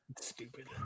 stupid